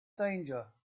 danger